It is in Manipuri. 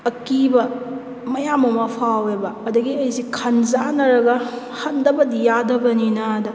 ꯑꯀꯤꯕ ꯃꯌꯥꯝ ꯑꯃ ꯐꯥꯎꯏꯕ ꯑꯗꯨꯗꯒꯤ ꯑꯩꯁꯦ ꯈꯟꯖꯥꯅꯔꯒ ꯍꯟꯗꯕꯗꯤ ꯌꯥꯗꯕꯅꯤꯅ